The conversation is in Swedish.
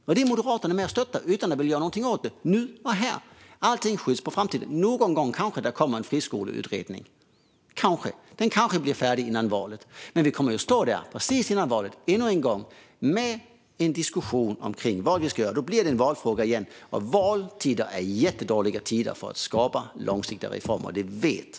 Detta är Moderaterna med och stöttar utan att vilja göra något åt det här och nu. Allt skjuts på framtiden. Någon gång kommer det kanske en friskoleutredning. Kanske blir den färdig precis före valet, och då kommer vi än en gång att stå med en diskussion om vad vi ska göra. Då blir det åter en valfråga, och ledamoten vet att valtider är jättedåliga tider för att skapa långsiktiga reformer.